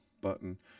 button